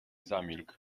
zamilkł